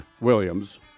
Williams